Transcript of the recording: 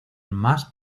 más